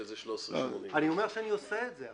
שזה 13.80. אני אומר שאני עושה את זה,